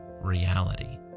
reality